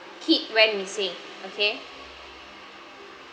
kid when we say okay